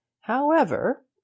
However